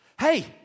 Hey